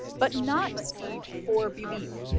but not steep for belief.